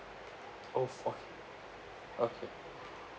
oh okay